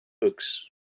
books